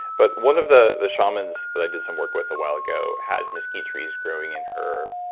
but one of the the shamans that i did some work with a while ago had mesquite trees growing in her